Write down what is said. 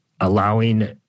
allowing